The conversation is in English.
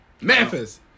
Memphis